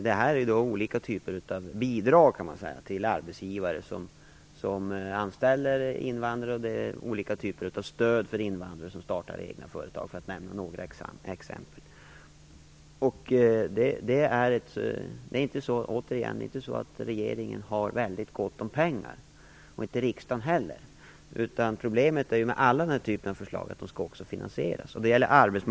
Det är då fråga om olika typer av bidrag till arbetsgivare som anställer invandrare, och det är olika typer av stöd till invandrare som startar egna företag, för att nämna några exempel. Det är inte så att regeringen har väldigt gott om pengar, och det har inte heller riksdagen. Problemet med alla dessa förslag är att de skall finansieras.